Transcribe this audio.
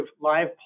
live